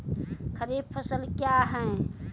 खरीफ फसल क्या हैं?